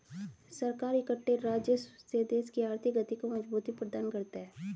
सरकार इकट्ठे राजस्व से देश की आर्थिक गति को मजबूती प्रदान करता है